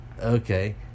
Okay